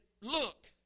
look